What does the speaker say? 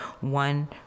one